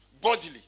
bodily